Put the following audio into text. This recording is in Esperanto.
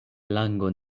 lango